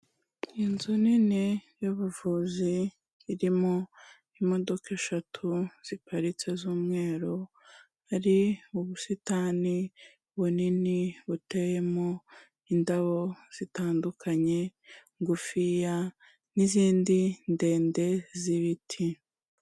Inzu nini y'ubuvuzi irimo imodoka eshatu ziparitse z'umweru, hari ubusitani bunini buteyemo indabo zitandukanye, ingufiya n'izindi ndende z'ibiti.